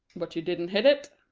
but you didn't hit it?